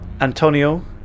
Antonio